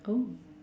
oh